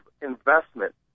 investment